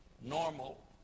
normal